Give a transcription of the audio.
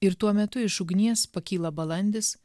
ir tuo metu iš ugnies pakyla balandis